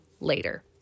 later